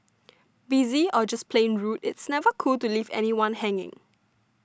busy or just plain rude it's never cool to leave anyone hanging